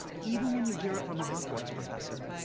even when you hear it from a hogwarts professor.